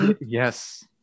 Yes